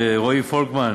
רועי פולקמן,